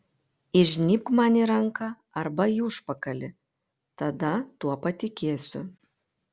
įžnybk man į ranką arba į užpakalį tada tuo patikėsiu